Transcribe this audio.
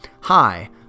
Hi